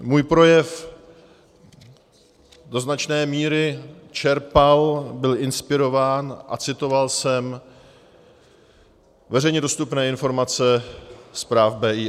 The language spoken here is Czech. Můj projev do značné míry čerpal, byl inspirován a citoval jsem veřejně dostupné informace zpráv BIS.